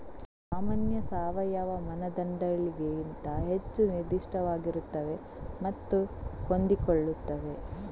ಸಾಮಾನ್ಯ ಸಾವಯವ ಮಾನದಂಡಗಳಿಗಿಂತ ಹೆಚ್ಚು ನಿರ್ದಿಷ್ಟವಾಗಿರುತ್ತವೆ ಮತ್ತು ಹೊಂದಿಕೊಳ್ಳುತ್ತವೆ